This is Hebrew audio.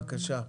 בבקשה.